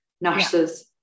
nurses